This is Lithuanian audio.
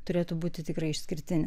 turėtų būti tikrai išskirtinis